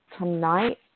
tonight